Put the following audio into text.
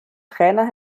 trainer